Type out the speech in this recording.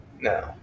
No